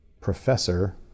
professor